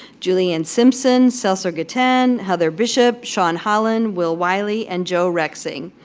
julianne simpson, sal circatin, heather bishop, shawn holland, will wylie and joe rexing.